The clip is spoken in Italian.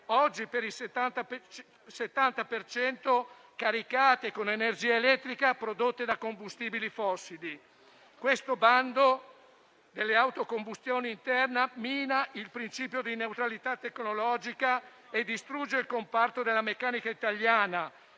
70 per cento caricate con energia elettrica prodotta da combustibili fossili. Il bando delle auto a combustione interna mina il principio di neutralità tecnologica e distrugge il comparto della meccanica italiana,